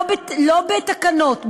לא בתקנות,